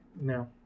No